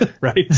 Right